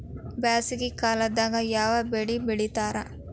ಬ್ಯಾಸಗಿ ಕಾಲದಾಗ ಯಾವ ಬೆಳಿ ಬೆಳಿತಾರ?